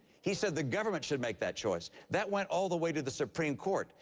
he said the government should make that choice. that went all the way to the supreme court.